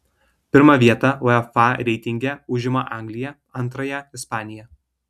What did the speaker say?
pirmą vietą uefa reitinge užima anglija antrąją ispanija